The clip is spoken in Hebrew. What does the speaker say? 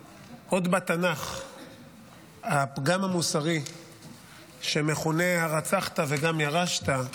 שעוד בתנ"ך הפגם המוסרי שמכונה "הרצחת וגם ירשת"